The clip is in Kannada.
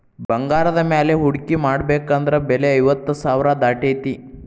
ಬಂಗಾರದ ಮ್ಯಾಲೆ ಹೂಡ್ಕಿ ಮಾಡ್ಬೆಕಂದ್ರ ಬೆಲೆ ಐವತ್ತ್ ಸಾವ್ರಾ ದಾಟೇತಿ